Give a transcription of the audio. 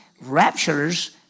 raptures